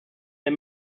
der